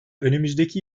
önümüzdeki